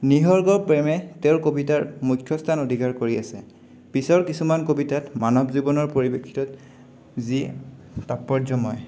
নিসৰ্গ প্ৰেমে তেওঁৰ কবিতাৰ মুখ্য স্থান অধিকাৰ কৰি আছে পিছৰ কিছুমান কবিতাত মানৱ জীৱনৰ পৰিপ্ৰেক্ষিতত যি তাৎপৰ্যময়